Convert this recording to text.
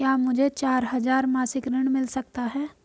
क्या मुझे चार हजार मासिक ऋण मिल सकता है?